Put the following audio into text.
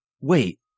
wait